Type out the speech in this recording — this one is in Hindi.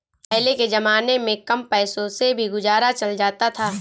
पहले के जमाने में कम पैसों में भी गुजारा चल जाता था